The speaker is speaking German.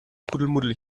kuddelmuddel